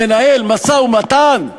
מנהל משא-ומתן,